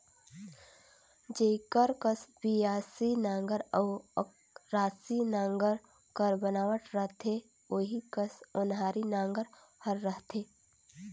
जेकर कस बियासी नांगर अउ अकरासी नागर कर बनावट रहथे ओही कस ओन्हारी नागर हर रहथे